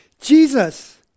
Jesus